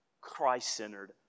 Christ-centered